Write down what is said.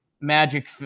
magic